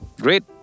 great